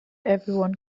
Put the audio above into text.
everyone